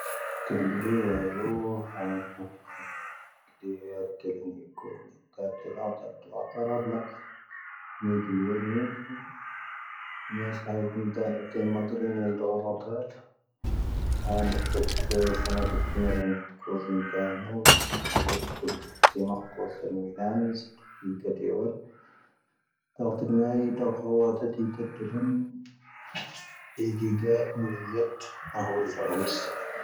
ⵜⵍⵢ ⵍⵢ ⵢⵡ. ⴽⴷⵢⵜ ⵜⵍⵢ ⵍⵢ ⵢⴽⵡⵟⵏⵢ. ⵜⵍⴽ ⵔⴹⵎⴽ. ⵎⵢⴷⵢⵡ. ⵎⵢⵙⴰⵄⵜⵏ ⵜⴰⵏⵡ ⵜⵢ ⵎⴷⵔⵢⵏⵢ ⴰⵍⴷⵅⵡⵍⴰⵜ. ⵀⴰⵏⵜⵜ ⵙⵏⵜ ⴰⵍⵜⵎⵔⵡⵏ. ⵜⴽⵡⵣⵏ ⵜⴰⵏⵡ. ⵜⴽⵡⵣⵏ ⵙⵢⵎⵇⵡⵣⵏ ⵡⵢⵏⴰⵎⵢⵙ. ⵜⵢ ⴽⴷⵢⵔ. ⵜⴰⵡⵜⴽ ⵎⴰ ⵢⴷⵀⵡ. ⵜⴷⵢ ⵜⴷⵔⵏ. ⵜⵢ ⵊⵢⵀ ⵏⵢⵢⵜ. ⵀⵡⵔⵡⵣⵏ ⵢⵙⴰⵄⵜⵏ.